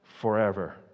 Forever